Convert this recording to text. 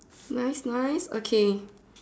nice nice okay